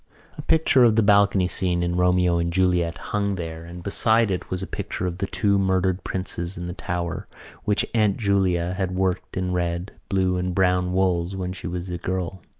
a picture of the balcony scene in romeo and juliet hung there and beside it was a picture of the two murdered princes in the tower which aunt julia had worked in red, blue and brown wools when she was a girl.